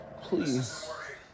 Please